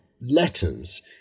letters